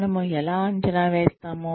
మనము ఎలా అంచనా వేస్తాము